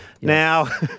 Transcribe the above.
Now